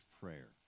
prayer